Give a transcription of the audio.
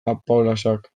apaolazak